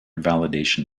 validation